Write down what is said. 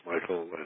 Michael